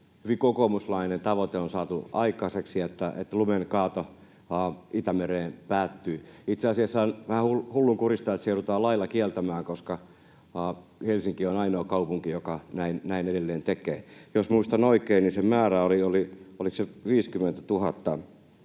hyvin kokoomuslainen tavoite on saatu aikaiseksi ja että lumen kaato Itämereen päättyy. Itse asiassa on vähän hullunkurista, että se joudutaan lailla kieltämään, koska Helsinki on ainoa kaupunki, joka näin edelleen tekee. Jos muistan oikein, niin sen määrä oli,